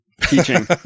teaching